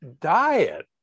diet